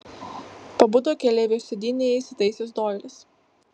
pabudo keleivio sėdynėje įsitaisęs doilis